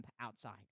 outside